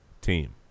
team